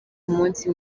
umunsi